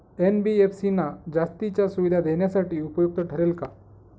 NBFC ना जास्तीच्या सुविधा देण्यासाठी उपयुक्त ठरेल का?